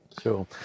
Sure